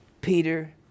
Peter